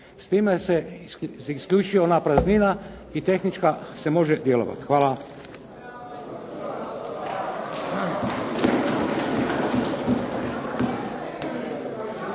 S time se isključuje ona praznina i tehnički se može djelovati. Hvala.